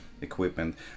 equipment